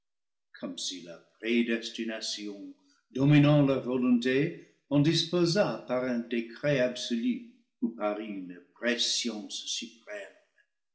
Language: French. si la prédestination dominant leur volonté en disposât par un décret absolu ou par une prescience